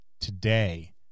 today